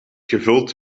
gevuld